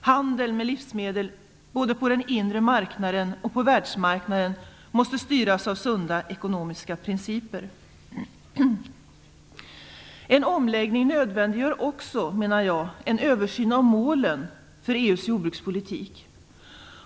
Handeln med livsmedel både på den inre marknaden och på världsmarknaden måste styras av sunda ekonomiska principer. En omläggning nödvändiggör också, menar jag, en översyn av målen för EU:s jordbrukspolitik.